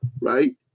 right